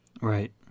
Right